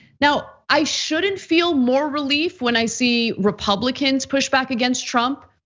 now, i shouldn't feel more relief, when i see republicans push back against trump.